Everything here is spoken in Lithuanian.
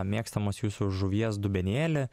mėgstamas jūsų žuvies dubenėlį